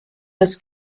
das